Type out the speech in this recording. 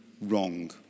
wrong